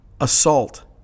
assault